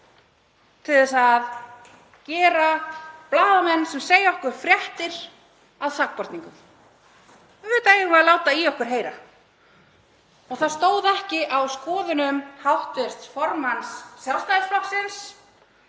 til að gera blaðamenn sem segja okkur fréttir að sakborningum. Auðvitað eigum við að láta í okkur heyra. Það stóð ekki á skoðunum hv. formanns Sjálfstæðisflokksins.